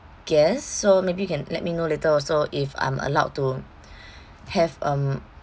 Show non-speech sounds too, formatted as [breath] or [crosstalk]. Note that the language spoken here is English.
guests so maybe you can let me know later also if I'm allowed to [breath] have um